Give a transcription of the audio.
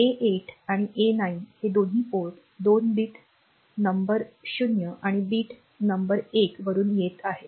A 8 आणि A 9 हे दोन्ही पोर्ट 2 बिट नंबर 0 आणि बिट नंबर 1 वरून येत आहेत